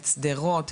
את שדרות,